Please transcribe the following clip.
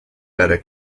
better